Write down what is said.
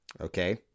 Okay